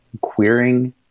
queering